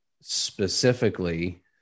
specifically